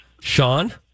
Sean